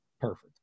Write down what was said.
Perfect